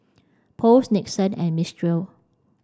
Post Nixon and Mistral